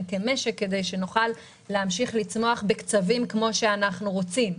כמשק כדי שנוכל להמשיך לצמוח בקצבים כפי שאנחנו רוצים.